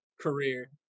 career